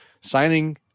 signing